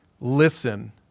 listen